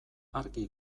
argi